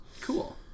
Cool